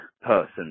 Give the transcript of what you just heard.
person